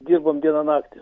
dirbom dieną naktį